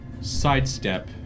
sidestep